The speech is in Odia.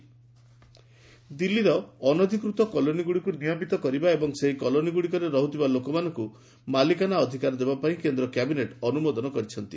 କ୍ୟାବିନେଟ୍ ଦିଲ୍ଲୀ କଲୋନୀ ଦିଲ୍ଲୀର ଅନଧିକୃତ କଲୋନୀଗୁଡ଼ିକୁ ନିୟମିତ କରିବା ଏବଂ ସେହି କଲୋନୀଗୁଡ଼ିକରେ ରହୁଥିବା ଲୋକମାନଙ୍କୁ ମାଲିକାନା ଅଧିକାର ଦେବା ପାଇଁ କେନ୍ଦ୍ର କ୍ୟାବିନେଟ୍ ଅନୁମୋଦନ କରିଛନ୍ତି